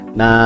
na